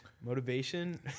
Motivation